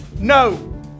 no